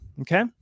Okay